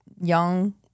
young